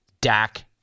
Dak